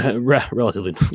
relatively